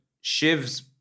Shiv's